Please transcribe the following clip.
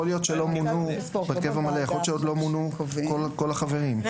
יכול להיות שעוד לא מונו כל החברים בהרכב המלא.